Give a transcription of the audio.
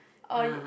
oh you